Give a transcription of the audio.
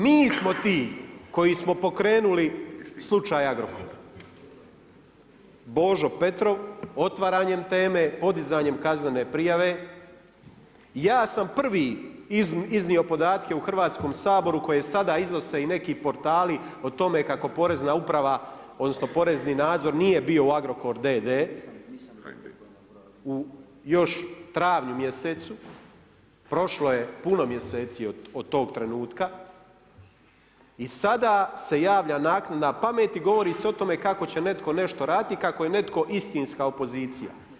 Mi smo ti koji smo pokrenuli slučaj Agrokor, Bože Petrov otvaranjem teme podizanjem kaznene prijave, ja sam prvi iznio podatke u Hrvatskom saboru koje sada iznose i neki portali o tome kako porezna uprava odnosno porezni nadzor nije bio u Agrokor d.d. još u travnju mjesecu, prošlo je puno mjeseci od tog trenutka i sada se javlja naknadna pamet i govori se o tome kako će netko nešto raditi i kako je netko istinska opozicija.